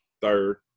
third